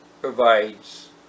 provides